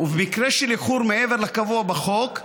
ובמקרה של איחור מעבר לקבוע בחוק,